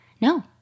No